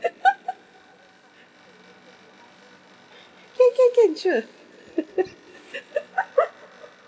can can can sure